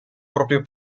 proprio